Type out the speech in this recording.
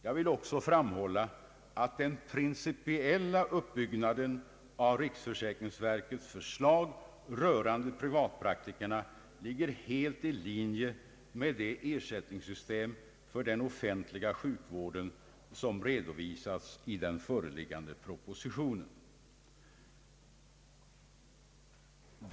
Jag vill också framhålla att den principiella uppbyggnaden av riksförsäkringsverkets förslag rörande privatpraktikerna ligger helt i linje med det ersättningssystem för den offentliga läkarvården som redovisas i den föreliggande propositionen.